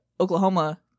Oklahoma